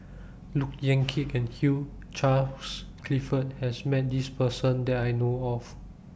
Look Yan Kit and Hugh Charles Clifford has Met This Person that I know of